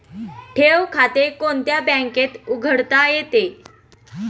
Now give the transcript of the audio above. ठेव खाते कोणत्या बँकेत उघडता येते?